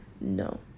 no